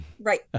right